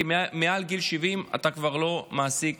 כי מעל גיל 70 אתה כבר לא מעסיק